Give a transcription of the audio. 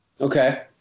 okay